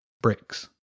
bricks